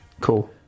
Cool